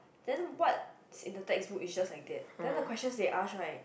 then what's in the textbook it's just like that then the questions they ask right